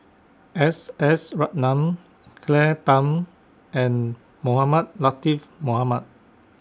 S S Ratnam Claire Tham and Mohamed Latiff Mohamed